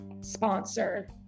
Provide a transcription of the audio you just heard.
sponsor